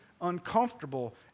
uncomfortable